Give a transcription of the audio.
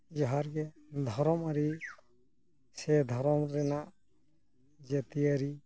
ᱡᱚᱦᱟᱨ ᱜᱮ ᱫᱷᱚᱨᱚᱢ ᱟᱹᱨᱤ ᱥᱮ ᱫᱷᱚᱨᱚᱢ ᱨᱮᱱᱟᱜ ᱡᱟᱹᱛᱤᱭᱟᱹᱨᱤ